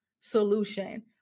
solution